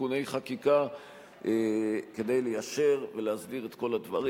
תיקוני חקיקה כדי ליישר ולהסדיר את כל הדברים.